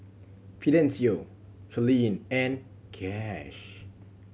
Fidencio Charline and Cash